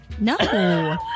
No